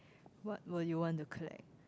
what will you want to collect